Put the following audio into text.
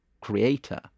creator